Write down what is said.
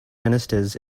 ministers